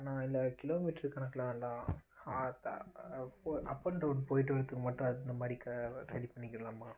அண்ணா இல்லை kilometre கணக்குலாம் வேண்டாம் அப் அண்ட் டவுன் போய்ட்டு வரத்துக்கு மட்டும் அந்தமாதிரி க ரெடி பண்ணிக்கிறலாமா